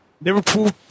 Liverpool